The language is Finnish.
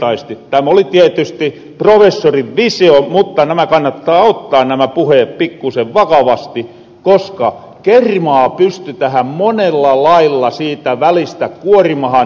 tämä oli tietysti professorin visio mutta nämä kannattaa ottaa nämä puheet pikkuisen vakavasti koska kermaa pystytähän monella lailla siitä välistä kuorimahan